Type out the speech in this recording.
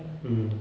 mm